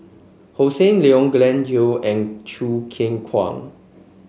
Hossan Leong Glen Goei and Choo Keng Kwang